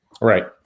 Right